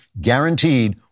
guaranteed